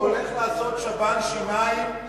הוא הולך לעשות שב"ן שיניים.